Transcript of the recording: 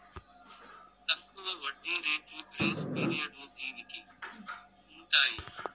తక్కువ వడ్డీ రేట్లు గ్రేస్ పీరియడ్లు దీనికి ఉంటాయి